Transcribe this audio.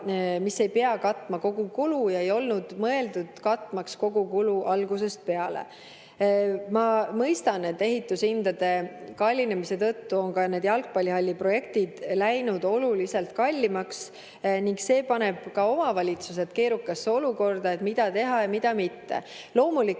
mis ei pea katma kogu kulu ja ei olnud mõeldud katmaks kogu kulu algusest peale. Ma mõistan, et ehitushindade kallinemise tõttu on ka need jalgpallihalliprojektid läinud oluliselt kallimaks ning see paneb ka omavalitsused keerukasse olukorda, et mida teha ja mida mitte.